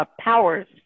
Powers